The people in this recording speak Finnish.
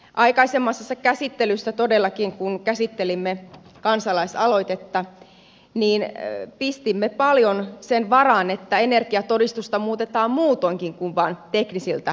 aikaisemmassa käsittelyssä todellakin kun käsittelimme kansalaisaloitetta pistimme paljon sen varaan että energiatodistusta muutetaan muutoinkin kuin vain teknisiltä osin